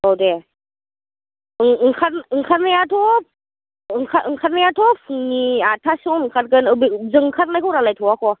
औ दे ओंखार ओंखारनायाथ' ओंखार ओंखारनायाथ' फुंनि आदटासोयाव ओंखारगोन बे जों ओंखारनायखौ रायलायथ'वाखै